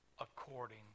according